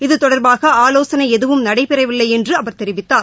இதுதொடர்பாகஆலோசனைஎதுவும் நடைபெறவில்லைஎன்றுஅவர் தெரிவித்தார்